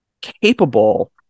capable